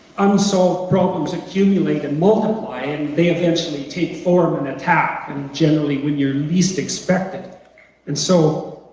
unsolved problems accumulate and multiply and they eventually take form and attack and generally when you least expect it and so,